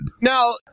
Now